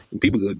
people